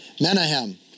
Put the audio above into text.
Menahem